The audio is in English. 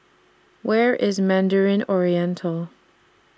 Where IS Mandarin Oriental